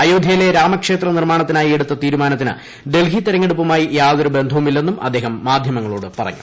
അയോധ്യയിലെ രാമക്ഷേത്ര നിർമ്മാണത്തിനായി എടുത്ത തീരുമാനത്തിന് ഡൽഹി തെരഞ്ഞെടുപ്പുമായി യാതൊരു ബന്ധവുമില്ലെന്നും അദ്ദേഹം മാധ്യമങ്ങളോട് പറഞ്ഞു